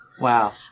Wow